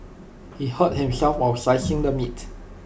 he hurt himself while slicing the meat